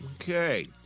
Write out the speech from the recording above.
Okay